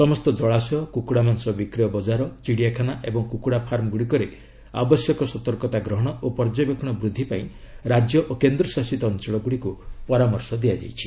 ସମସ୍ତ କଳାଶୟ କୁକୁଡ଼ା ମାଂସ ବିକ୍ରୟ ବଳାର ଚିଡିଆଖାନା ଏବଂ କୁକୁଡା ଫାର୍ମ ଗୁଡ଼ିକରେ ଆବଶ୍ୟକ ସତର୍କତା ଗ୍ରହଣ ଓ ପର୍ଯ୍ୟବେକ୍ଷଣ ବୃଦ୍ଧି ପାଇଁ ରାଜ୍ୟ ଓ କେନ୍ଦ୍ରଶାସିତ ଅଞ୍ଚଳ ଗୁଡ଼ିକୁ ପରାମର୍ଶ ଦିଆଯାଇଛି